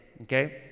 okay